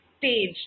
stage